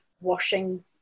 washing